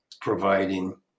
providing